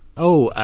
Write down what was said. oh,